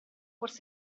forse